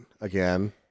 again